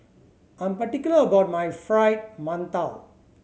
I'm particular about my Fried Mantou